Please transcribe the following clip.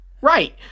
right